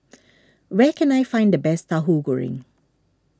where can I find the best Tauhu Goreng